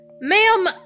Ma'am